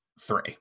Three